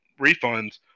refunds